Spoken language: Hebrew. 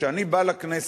שאני בא לכנסת,